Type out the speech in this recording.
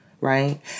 right